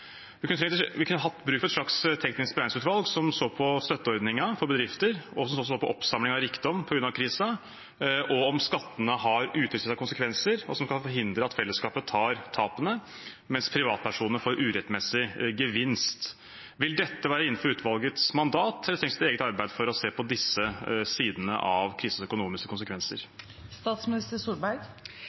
Vi kunne hatt bruk for et slags teknisk beregningsutvalg som så på støtteordningen for bedrifter, og som også så på oppsamling av rikdom på grunn av krisen, og om skattene har utilsiktede konsekvenser, som kan forhindre at fellesskapet tar tapene, mens privatpersoner får urettmessig gevinst. Vil dette være innenfor utvalgets mandat, eller trengs det et eget arbeid for å se på disse sidene av krisens økonomiske konsekvenser?